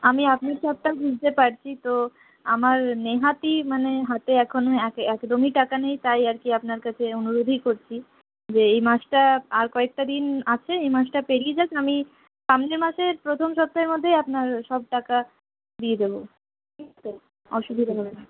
আমি আপনার চাপটা বুঝতে পারছি তো আমার নেহাতই মানে হাতে এখন এক একদমই টাকা নেই তাই আর কি আপনার কাছে অনুরোধই করছি যে এই মাসটা আর কয়েকটা দিন আছে এই মাসটা পেরিয়ে যাক আমি সামনের মাসের প্রথম সপ্তাহের মধ্যেই আপনার সব টাকা দিয়ে দেবো অসুবিধে হবে না